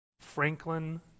Franklin